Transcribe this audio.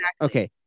okay